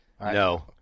No